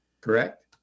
correct